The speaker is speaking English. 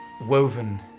woven